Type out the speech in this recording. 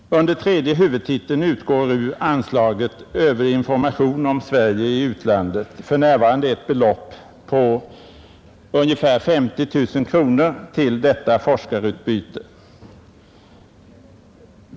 Under tredje huvudtiteln utgår ur anslaget till Övrig information om Sverige i utlandet för närvarande ett belopp om ungefär 50 000 kronor till detta forskarutbyte.